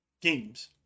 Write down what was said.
games